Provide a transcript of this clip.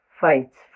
fights